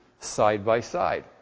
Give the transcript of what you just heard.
side-by-side